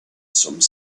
some